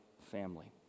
family